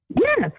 Yes